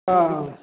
ꯑꯥ